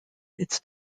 its